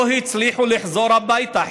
לא הצליחו לחזור הביתה.